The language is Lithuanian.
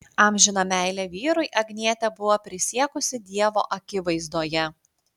amžiną meilę vyrui agnietė buvo prisiekusi dievo akivaizdoje